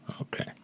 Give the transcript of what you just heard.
Okay